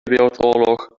wereldoorlog